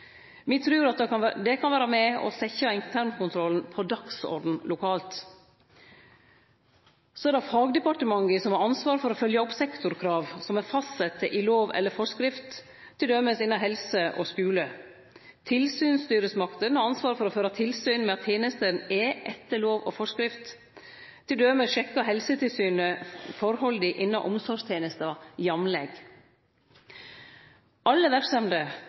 på dagsordenen lokalt. Så er det fagdepartementet som har ansvar for å følgje opp sektorkrav som er fastsette i lov eller forskrift, t.d. innanfor helse og skule. Tilsynsstyresmaktene har ansvaret for å føre tilsyn med at tenestene er etter lov og forskrift. Til dømes sjekkar Helsetilsynet forholda innanfor omsorgstenestene jamleg. Alle verksemder,